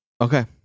Okay